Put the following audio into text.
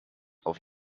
auf